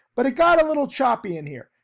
but it got a little choppy in here.